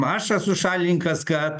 aš esu šalininkas kad